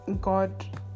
God